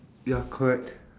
ya correct